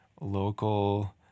local